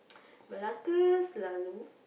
Malacca selalu